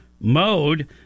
mode